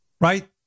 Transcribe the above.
Right